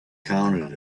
counted